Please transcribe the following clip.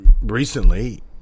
recently